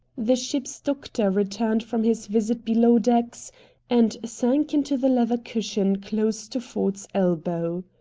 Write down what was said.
the ship's doctor returned from his visit below decks and sank into the leather cushion close to ford's elbow.